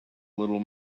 little